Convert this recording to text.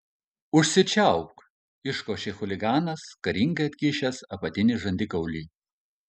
užsičiaupk iškošė chuliganas karingai atkišęs apatinį žandikaulį